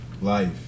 Life